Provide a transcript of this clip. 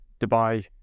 Dubai